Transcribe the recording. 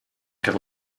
can